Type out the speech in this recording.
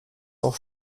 auf